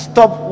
Stop